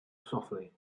softly